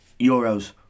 Euros